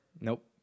nope